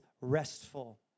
restful